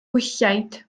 gwylliaid